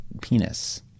penis